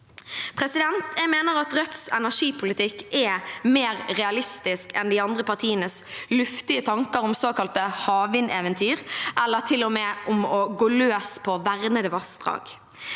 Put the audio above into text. Jeg mener at Rødts energipolitikk er mer realistisk enn de andre partienes luftige tanker om såkalte havvindeventyr eller til og med om å gå løs på vernede vassdrag.